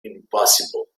impassable